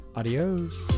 adios